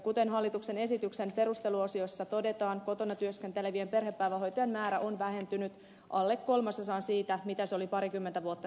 kuten hallituksen esityksen perusteluosiossa todetaan kotona työskentelevien perhepäivähoitajien määrä on vähentynyt alle kolmasosaan siitä mitä se oli parikymmentä vuotta sitten